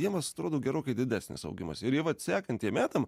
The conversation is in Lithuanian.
jiems atrodo gerokai didesnis augimas ir jie vat sekantiem metam